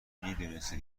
میدونستید